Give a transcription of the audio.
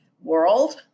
world